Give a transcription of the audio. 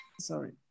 sorry